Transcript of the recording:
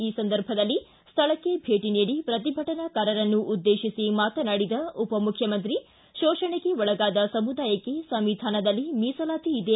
ಈ ಸಂದರ್ಭದಲ್ಲಿ ಸ್ಥಳಕ್ಕೆ ಭೇಟಿ ನೀಡಿ ಪ್ರತಿಭಟನಾಕಾರರನ್ನು ಉದ್ದೇಶಿಸಿ ಮಾತನಾಡಿದ ಮುಖ್ಯಮಂತ್ರಿ ಶೋಷಣೆಗೆ ಒಳಗಾದ ಸಮುದಾಯಕ್ಕೆ ಸಂವಿಧಾನದಲ್ಲಿ ಮೀಸಲಾತಿ ಇದೆ